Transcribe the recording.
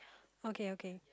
okay okay